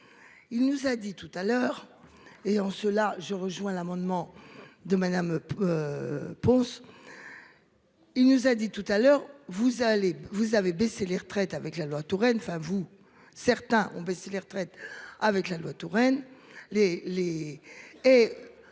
Il nous a dit tout à l'heure et en cela je rejoins l'amendement de Madame. Ponce. Il nous a dit tout à l'heure vous allez vous avez baissé les retraites avec la loi Touraine enfin vous, certains ont baissé les retraites avec la loi Touraine les